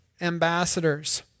ambassadors